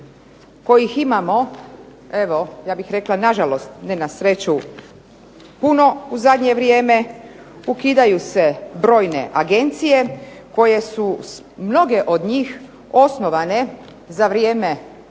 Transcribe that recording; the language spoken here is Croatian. kojih imamo evo, ja bih rekla nažalost ne na sreću puno u zadnje vrijeme, ukidaju se brojne agencije koje su mnoge od njih osnovane za vrijeme